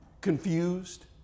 confused